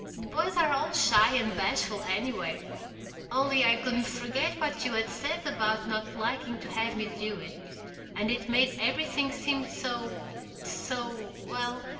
the boys are all shy and bashful, anyway only i couldn't forget what you had said about not liking to have me do it and it made everything seem so so well,